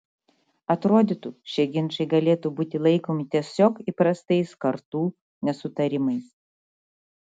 atrodytų šie ginčai galėtų būti laikomi tiesiog įprastais kartų nesutarimais